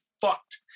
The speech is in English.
fucked